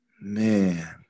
man